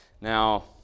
Now